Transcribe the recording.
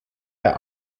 der